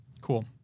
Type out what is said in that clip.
cool